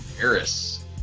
Paris